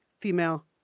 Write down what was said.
female